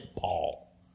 Paul